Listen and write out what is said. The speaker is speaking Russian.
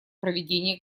проведения